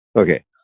Okay